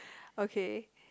okay